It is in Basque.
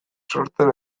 sortzen